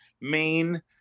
main